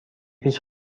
هیچ